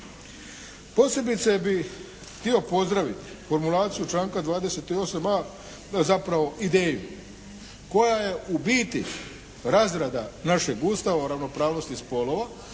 Posebice bih htio pozdravit formulaciju članka 28.a., zapravo ideju koja je u biti razrada našeg Ustava o ravnopravnosti spolova